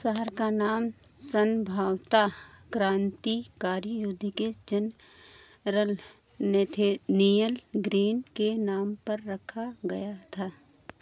शहर का नाम संभवतः क्रांतिकारी युद्ध के जन रल नथैनिएल ग्रीन के नाम पर रखा गया था